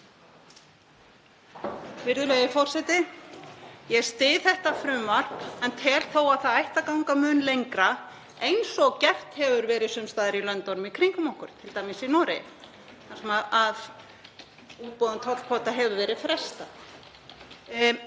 Virðulegi forseti. Ég styð þetta frumvarp en tel þó að það ætti að ganga mun lengra eins og gert hefur verið sums staðar í löndunum í kringum okkur, t.d. í Noregi þar sem útboðum tollkvóta hefur verið frestað.